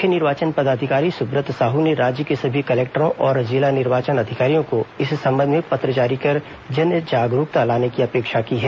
मुख्य निर्वाचन पदाधिकारी सुब्रत साहू ने राज्य के सभी कलेक्टरों और जिला निर्वाचन अधिकारियों को इस संबंध में पत्र जारी कर जन जागरूकता लाने की अपेक्षा की है